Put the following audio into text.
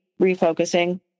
refocusing